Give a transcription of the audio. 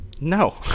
No